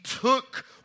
took